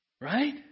Right